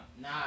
Nah